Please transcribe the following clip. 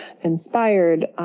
inspired